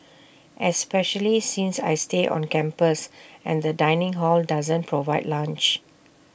especially since I stay on campus and the dining hall doesn't provide lunch